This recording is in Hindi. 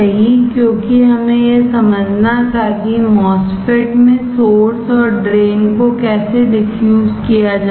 क्योंकि हमें यह समझना था कि MOSFET में सोर्स और ड्रेन को कैसे डिफ्यूज किया जाता है